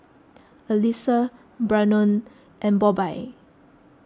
Aliza Brannon and Bobbye